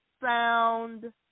sound